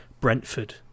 Brentford